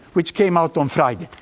which came out on friday.